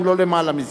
אם לא למעלה מזה.